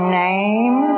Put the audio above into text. name